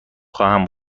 خواهم